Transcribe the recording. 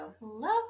love